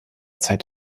zeit